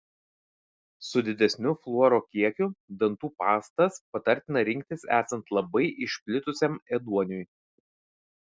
su didesniu fluoro kiekiu dantų pastas patartina rinktis esant labai išplitusiam ėduoniui